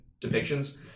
depictions